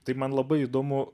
tai man labai įdomu